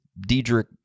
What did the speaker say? Diedrich